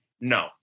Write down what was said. No